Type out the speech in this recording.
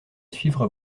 suivre